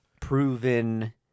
proven